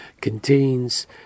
contains